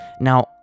Now